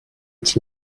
its